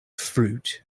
fruit